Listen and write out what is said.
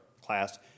class